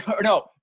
no